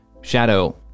Shadow